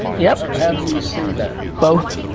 yes. how do you see that? both.